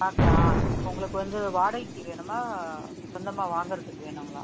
பார்க்கலாம் உங்களுக்கு வந்து வாடகைக்கு வேணுமா சொந்தமாக வாங்கறதுக்கு வேணுங்களா